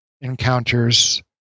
encounters